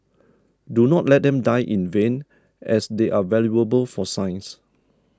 do not let them die in vain as they are valuable for science